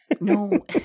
No